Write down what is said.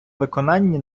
виконанні